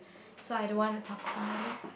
so I don't want to talk about it